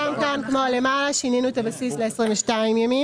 גם כאן, כמו למעלה, שינינו את הבסיס ל-22 ימים.